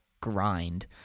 grind